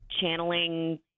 channeling